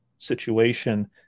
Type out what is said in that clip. situation